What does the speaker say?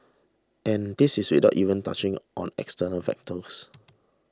and this is without even touching on external factors